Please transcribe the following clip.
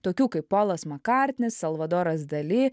tokių kaip polas makartnis salvadoras dali